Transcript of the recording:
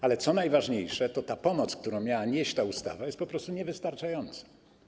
Ale co najważniejsze - pomoc, którą miała nieść ta ustawa, jest po prostu niewystarczająca.